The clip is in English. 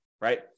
right